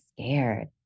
scared